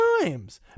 times